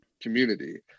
community